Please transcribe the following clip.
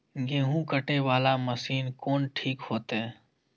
गेहूं कटे वाला मशीन कोन ठीक होते?